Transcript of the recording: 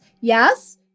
Yes